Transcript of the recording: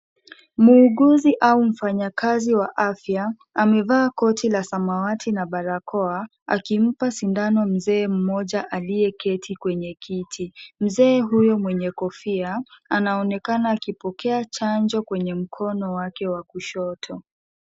Muuguzi au mfanyikazi wa afya, amevaa koti la samawati na barakoa akimpa sindano Mzee mmoja aliyeketi kwenye kiti. Mzee huyo mwenye kofia anaonekana akipokea chanjo kwenye mkono wake wa kushoto.